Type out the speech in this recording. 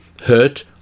hurt